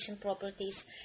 properties